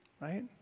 right